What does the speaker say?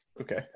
Okay